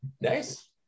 nice